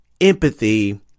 empathy